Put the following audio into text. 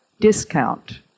discount